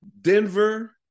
Denver